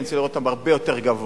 אני רוצה לראות אותם הרבה יותר גבוה.